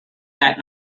that